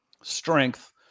strength